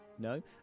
No